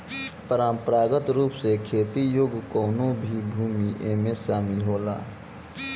परंपरागत रूप से खेती योग्य कवनो भी भूमि एमे शामिल होला